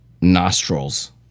nostrils